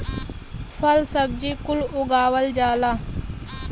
फल सब्जी कुल उगावल जाला